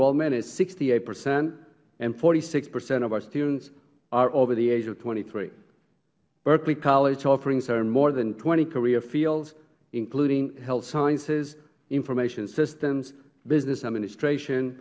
enrollment is sixty eight percent and forty six percent of our students are over the age of twenty three berkeley college's offerings are more than twenty career fields including health sciences information systems business administration